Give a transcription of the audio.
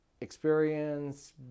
experience